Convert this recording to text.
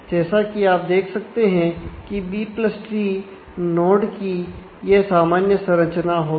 जैसा कि आप देख सकते हैं की बी प्लस ट्री नोड कि यह सामान्य संरचना होगी